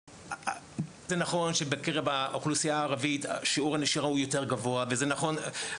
זה נכון שבקרב האוכלוסייה הערבית שיעור הנשירה הוא יותר גבוה וזה נכון,